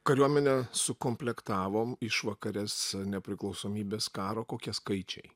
kariuomenę sukomplektavom išvakarės nepriklausomybės karo kokie skaičiai